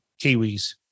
Kiwis